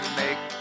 make